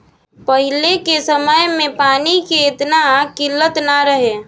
पहिले के समय में पानी के एतना किल्लत ना रहे